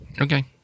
Okay